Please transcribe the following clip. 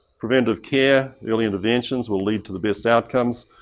preventive care, early interventions will lead to the best outcomes.